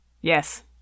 Yes